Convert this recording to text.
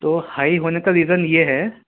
تو ہائی ہونے کا ریزن یہ ہے